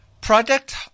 product